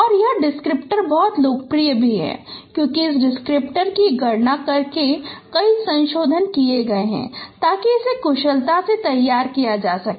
और यह डिस्क्रिप्टर बहुत लोकप्रिय भी है क्योंकि इस डिस्क्रिप्टर की गणना करने में कई संशोधन किए गए हैं ताकि इसे कुशलता से तैयार किया जा सके